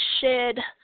shed